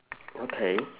okay